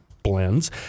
blends